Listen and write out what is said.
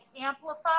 amplify